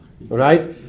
right